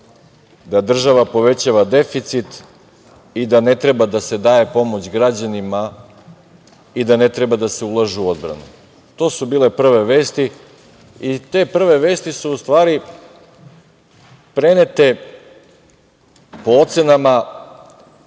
da država povećava deficit, da ne treba da se daje pomoć građanima i da ne treba da se ulaže u odbranu. To su bile prve vesti i te prve vesti su, u stvari prenete po ocenama